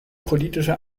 politische